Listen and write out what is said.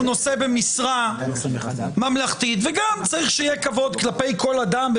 נושא במשרה ממלכתית וגם צריך שיהיה כבוד כלפי כל אדם,